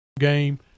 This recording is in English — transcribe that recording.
game